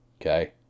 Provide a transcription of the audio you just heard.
Okay